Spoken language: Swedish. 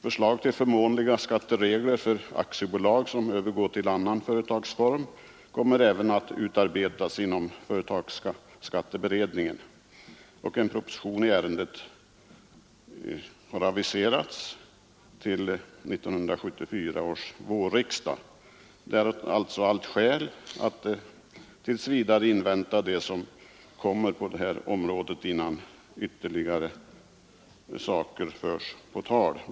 Förslag till förmånliga skatteregler för aktiebolag som övergår till annan företagsform kommer även att utarbetas inom företagsskatteberedningen. En proposition i ärendet har aviserats till 1974 års vårriksdag. Det finns alltså allt skäl att tills vidare invänta vad som kommer på detta område innan ytterligare saker förs på tal.